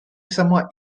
сама